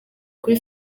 kuri